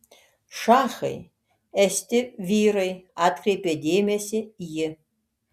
šachai esti vyrai atkreipė dėmesį ji